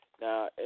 Now